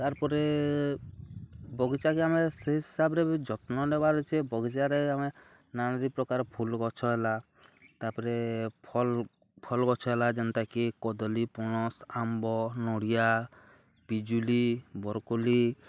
ତା'ର୍ପରେ ବଗିଚାକେ ଆମେ ସେଇ ହିସାବରେ ବି ଯତ୍ନ ନେବାର୍ ଅଛେ ବଗିଚାରେ ଆମେ ନାନାଦି ପ୍ରକାର୍ ଫୁଲ୍ ଗଛ ହେଲା ତା'ପ୍ରେ ଫଲ୍ ଫଲ୍ ଗଛ୍ ହେଲା ଯେନ୍ତାକି କଦ୍ଲି ପଣସ୍ ଆମ୍ବ ନଡ଼ିଆ ପିଜୁଲି ବର୍କୋଲି